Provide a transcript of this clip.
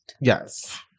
Yes